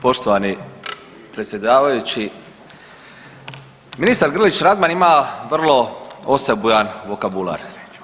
Poštovani predsjedavajući, ministar Grlić Radman ima vrlo osebujan vokabular.